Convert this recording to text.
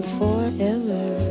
forever